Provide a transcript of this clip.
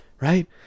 right